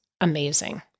amazing